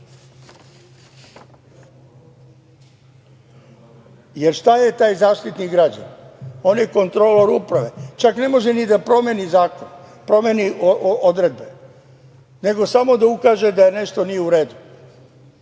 je taj Zaštitnik građana? On je kontrolor uprave, čak ne može ni da promeni zakon, ni da promeni odredbe, nego samo da ukaže da nešto nije u redu.